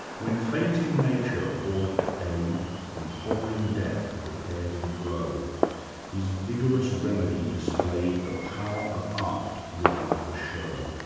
when fainting nature called for aid and hov'ring death prepared the blow his vig'rous remedy displayed the power of art without the show.